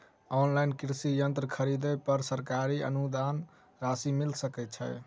Online कृषि यंत्र खरीदे पर सरकारी अनुदान राशि मिल सकै छैय?